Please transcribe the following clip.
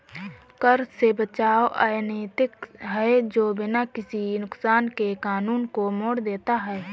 कर से बचाव अनैतिक है जो बिना किसी नुकसान के कानून को मोड़ देता है